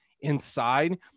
inside